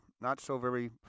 not-so-very